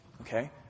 Okay